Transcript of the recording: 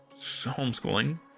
homeschooling